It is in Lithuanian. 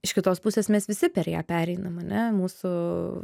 iš kitos pusės mes visi per ją pereinam ane mūsų